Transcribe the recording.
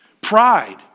Pride